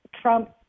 Trump